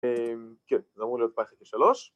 ‫כן, אז אמור להיות pie פלוס שלוש.